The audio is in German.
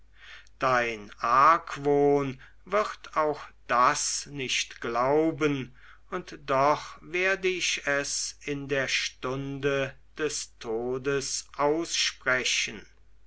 dein argwohn wird auch das nicht glauben und doch werde ich es in der stunde des todes aussprechen